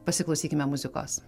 pasiklausykime muzikos